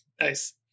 Nice